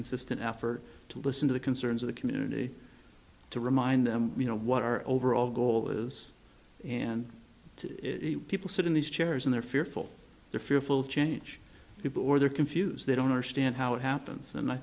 consistent effort to listen to the concerns of the community to remind them you know what our overall goal is and to it people sit in these chairs and they're fearful they're fearful change people or they're confused they don't understand how it happens and i